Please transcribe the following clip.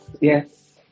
yes